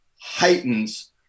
heightens